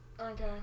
Okay